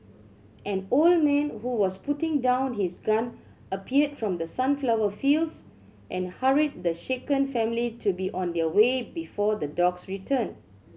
an old man who was putting down his gun appeared from the sunflower fields and hurried the shaken family to be on their way before the dogs return